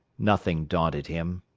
nothing daunted him.